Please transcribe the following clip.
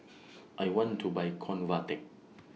I want to Buy Convatec